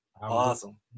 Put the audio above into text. Awesome